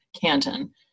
Canton